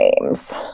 names